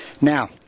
Now